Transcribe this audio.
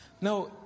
Now